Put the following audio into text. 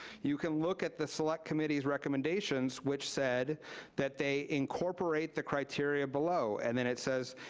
you can look at the select committee's recommendations, which said that they incorporate the criteria below, and then it says,